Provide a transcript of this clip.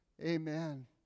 Amen